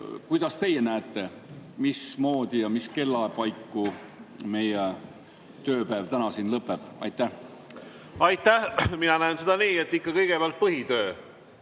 kuidas teie näete, mismoodi ja mis kella paiku meie tööpäev täna siin lõpeb. Aitäh! Mina näen seda nii, et kõigepealt ikka põhitöö.